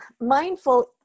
mindful